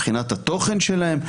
מבחינת התוכן שלהם?